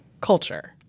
culture